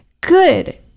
good